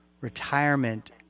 retirement